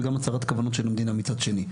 גם הצהרת כוונות של המדינה מצד שני.